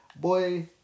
boy